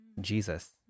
Jesus